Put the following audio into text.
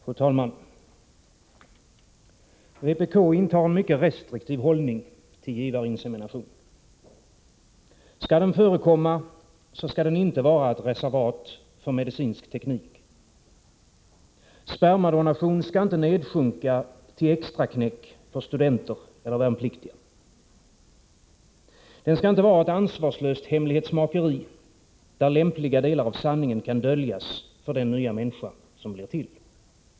Fru talman! Vpk intar en mycket restriktiv hållning till givarinsemination. Skall den förekomma, skall den inte vara ett reservat för medicinsk teknik. Spermadonation skall inte nedsjunka till extraknäck för studenter eller värnpliktiga. Den skall inte vara ett ansvarslöst hemlighetsmakeri, där lämpliga delar av sanningen kan döljas för den nya människa som blir till.